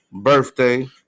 birthday